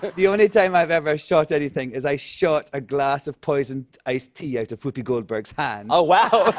the only time i've ever shot anything is i shot a glass of poisoned iced tea out of whoopi goldberg's hand. oh, wow.